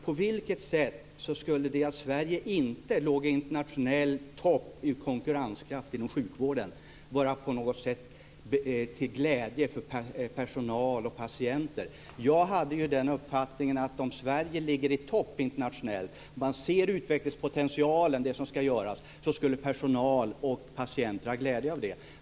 På vilket sätt skulle detta att Sverige inte ligger i internationell topp i konkurrenskraft inom sjukvården på något sätt vara till glädje för personal och patienter? Jag hade ju den uppfattningen att om Sverige låg i topp internationellt, om man ser utvecklingspotentialen och vad som ska göras, skulle personal och patienter ha glädje av det.